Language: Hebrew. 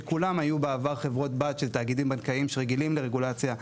שכולן היו בעבר חברות בת של תאגידים בנקאיים שרגילים לרגולציה כבדה.